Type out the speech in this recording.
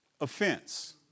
offense